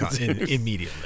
immediately